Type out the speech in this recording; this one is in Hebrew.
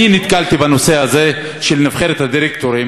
אני נתקלתי בנושא הזה של נבחרת הדירקטורים